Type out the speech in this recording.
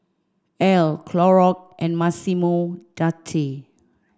Elle Clorox and Massimo Dutti